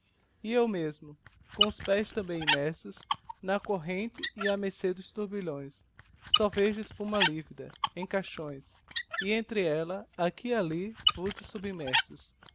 e eu mesmo com os pés tambem immersos na corrente e á mercê dos turbilhões só vejo espuma livida em cachões e entre ella aqui e ali vultos submersos